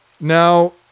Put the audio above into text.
Now